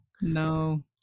No